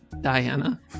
Diana